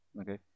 okay